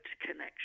connection